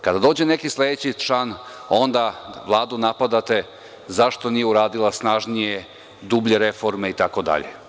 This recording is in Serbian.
Kada dođe neki sledeći član, onda Vladu napadate zašto nije uradila snažnije, dublje reforme itd.